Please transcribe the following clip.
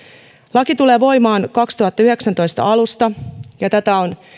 laki tulee voimaan kaksituhattayhdeksäntoista alusta tätä on